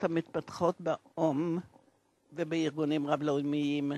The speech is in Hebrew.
המתפתחות באו"ם ובארגונים רב-לאומיים.